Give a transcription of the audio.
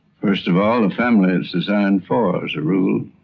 first of all, the family it's designed for, as a rule.